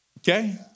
Okay